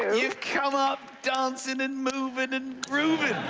you've come up dancing and moving and grooving.